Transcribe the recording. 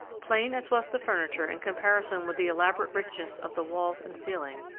plain as was the furniture in comparison with the elaborate richness of the walls and ceiling,